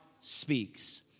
speaks